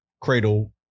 Cradle